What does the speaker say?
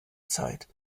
zeit